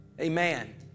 Amen